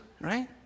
right